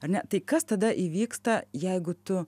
ar ne tai kas tada įvyksta jeigu tu